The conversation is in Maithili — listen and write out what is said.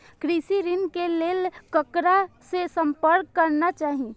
कृषि ऋण के लेल ककरा से संपर्क करना चाही?